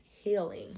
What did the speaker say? healing